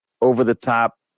over-the-top